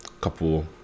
couple